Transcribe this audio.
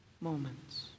moments